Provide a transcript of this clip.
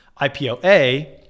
IPOA